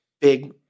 big